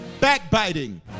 backbiting